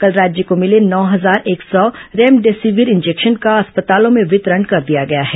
कल राज्य को मिले नौ हजार एक सौ रेमडेसिविर इंजेक्शन का अस्पतालों में वितरण कर दिया गया है